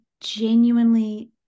genuinely